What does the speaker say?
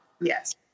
Yes